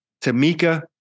Tamika